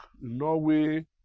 Norway